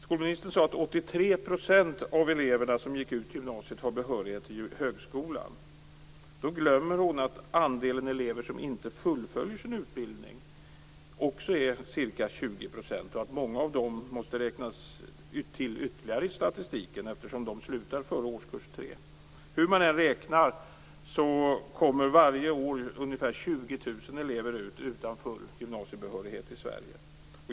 Skolministern sade att 83 % av eleverna som gick ut gymnasiet har behörighet till högskolan. Då glömmer hon att andelen elever som inte fullföljer sin utbildning också är ca 20 % och att många av dem måste läggas till i statistiken, eftersom de slutar före årskurs 3. Hur man än räknar kommer varje år ungefär 20 000 elever ut utan full gymnasiebehörighet i Sverige.